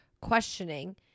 questioning